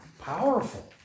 Powerful